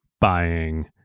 buying